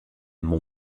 mon